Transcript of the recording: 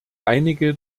einige